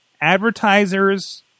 advertisers